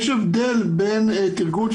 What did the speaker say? יש הבדל בין תרגול,